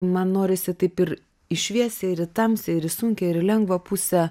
man norisi taip ir į šviesią ir į tamsią ir į sunkią ir į lengvą pusę